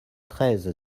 treize